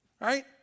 right